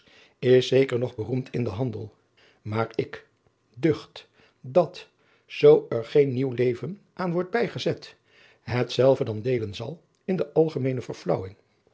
is zeker nog beroemd in den handel maar ik ducht dat zoo er geen nieuw leven aan wordt bijgezet hetzelve dan deelen zal in de